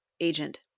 agent